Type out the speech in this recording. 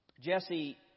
Jesse